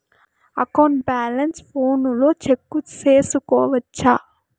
account balance ఫోనులో check సేసుకోవచ్చా